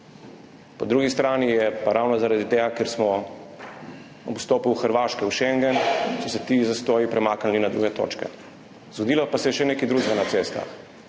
Po drugi strani so se pa ravno zaradi tega, ker smo ob vstopu Hrvaške v šengen, ti zastoji premaknili na druge točke. Zgodilo pa se je še nekaj drugega na cestah